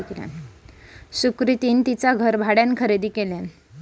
सुकृतीन तिचा घर भाड्यान खरेदी केल्यान